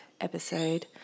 episode